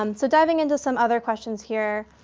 um so diving into some other questions here.